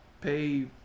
pay